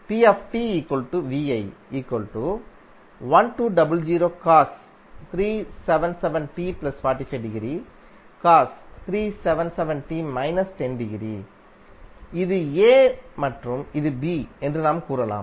இது A மற்றும் இது B என்று நாம் கூறலாம்